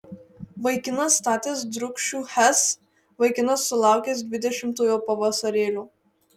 vaikinas statęs drūkšių hes vaikinas sulaukęs dvidešimtojo pavasarėlio